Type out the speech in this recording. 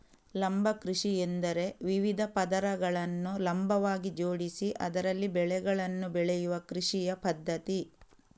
ಲಂಬ ಕೃಷಿಯೆಂದರೆ ವಿವಿಧ ಪದರಗಳನ್ನು ಲಂಬವಾಗಿ ಜೋಡಿಸಿ ಅದರಲ್ಲಿ ಬೆಳೆಗಳನ್ನು ಬೆಳೆಯುವ ಕೃಷಿಯ ಪದ್ಧತಿ